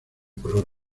color